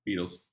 Beatles